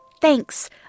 Thanks